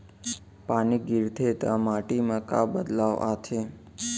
पानी गिरथे ता माटी मा का बदलाव आथे?